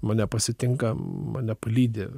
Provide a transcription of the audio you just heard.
mane pasitinka mane palydi